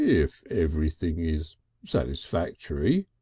if everything is satisfactory,